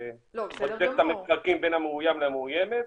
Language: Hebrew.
GPS שבודק את המרחקים בין המאיים למאוימת.